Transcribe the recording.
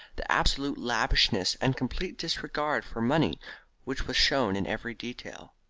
the absolute lavishness and complete disregard for money which was shown in every detail.